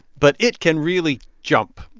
but it can really jump.